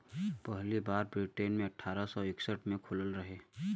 पहली बार ब्रिटेन मे अठारह सौ इकसठ मे खुलल रहे